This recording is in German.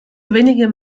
wenigen